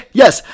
yes